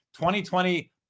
2020